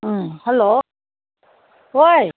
ꯎꯝ ꯍꯜꯂꯣ ꯍꯣꯏ